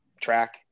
track